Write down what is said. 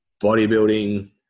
Bodybuilding